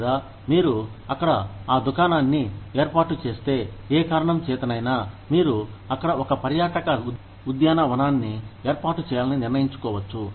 లేదా మీరు అక్కడ దుకాణాన్ని ఏర్పాటు చేస్తే ఏ కారణం చేతనైనా మీరు అక్కడ ఒక పర్యాటక ఉద్యానవనాన్ని ఏర్పాటు చేయాలని నిర్ణయించుకోవచ్చు